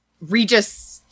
Regis